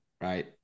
right